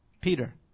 Peter